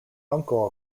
uncle